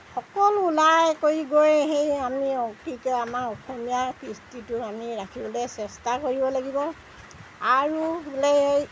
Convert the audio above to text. সকলো ওলাই কৰি গৈ সেই আমি কি কয় আমি আমাৰ অসমীয়াৰ কৃষ্টিটো আমি ৰাখিবলৈ চেষ্টা কৰিব লাগিব আৰু বোলে এই